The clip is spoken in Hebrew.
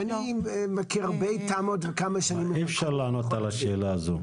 אני מכיר הרבה תמ"אות בכמה שנים --- אי אפשר לענות על השאלה הזו.